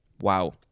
Wow